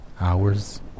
Hours